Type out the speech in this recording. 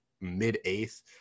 mid-eighth